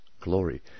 glory